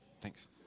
Thanks